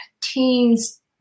teens